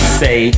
say